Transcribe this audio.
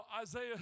Isaiah